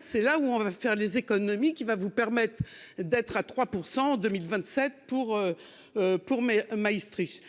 C'est là où on va faire des économies qui va vous permettre d'être à 3% en 2027 pour. Pour mes Maestri.